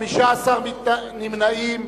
15 נמנעים.